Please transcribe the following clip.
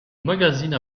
magazine